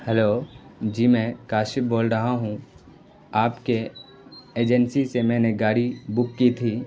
hello جی میں کاشف بول رہا ہوں آپ کے ایجنسی سے میں نے گاڑی بک کی تھی